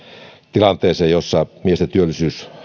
tilanteeseen jossa miesten työllisyys